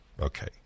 Okay